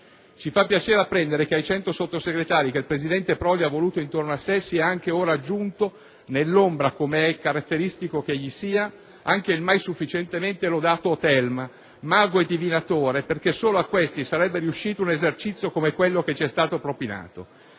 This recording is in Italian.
Ci fa piacere apprendere che ai cento sottosegretari che il presidente Prodi ha voluto intorno a sé ora si sia anche aggiunto, nell'ombra come gli è caratteristico, anche il mai sufficientemente lodato Otelma, mago e divinatore, perché solo a questi sarebbe riuscito un esercizio come quello che ci è stato propinato;